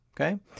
Okay